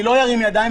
אני לא ארים ידיים.